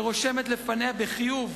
ורושמת לפניה בחיוב